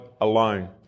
alone